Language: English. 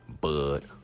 Bud